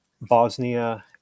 Bosnia